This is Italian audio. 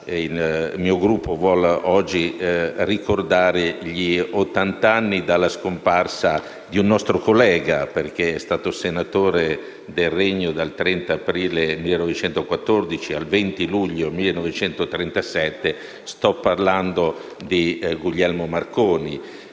Il mio Gruppo vuole oggi ricordare gli ottant'anni dalla scomparsa di un nostro collega, perché è stato senatore del Regno dal 30 aprile 1914 al 20 luglio 1937. Sto parlando di Guglielmo Marconi.